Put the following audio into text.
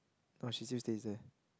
no she still stays there